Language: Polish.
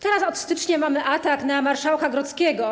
Teraz, od stycznia mamy atak na marszałka Grodzkiego.